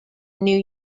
new